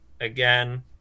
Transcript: again